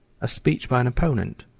a speech by an opponent,